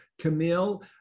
Camille